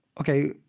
okay